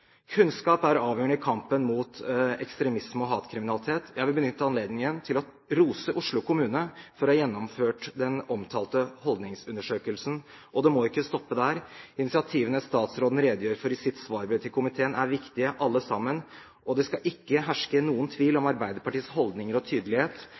Kunnskap er avgjørende i kampen mot ekstremisme og hatkriminalitet. Jeg vil benytte anledningen til å rose Oslo kommune for å ha gjennomført den omtalte holdningsundersøkelsen, og det må ikke stoppe der. Initiativene som statsråden redegjør for i sitt svarbrev til komiteen, er viktige alle sammen, og det skal ikke herske noen tvil om